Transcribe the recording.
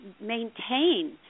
maintain